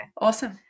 Awesome